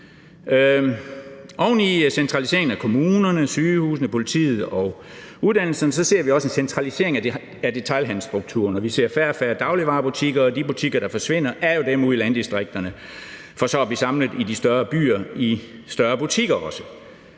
Oven i centraliseringen af kommunerne, sygehusene, politiet og uddannelserne ser vi også en centralisering af detailhandelsstrukturen, og vi ser færre og færre dagligvarebutikker, og de butikker, der forsvinder, er jo dem ude i landdistrikterne, som så bliver samlet i de større byer i større butikker også.